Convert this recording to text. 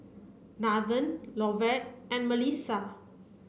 Nathen Lovett and Mellisa